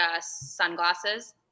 sunglasses